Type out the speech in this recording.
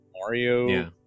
Mario